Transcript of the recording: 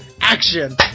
Action